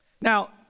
Now